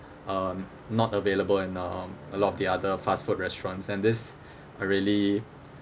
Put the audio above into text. um not available in um a lot of the other fast food restaurants and this uh really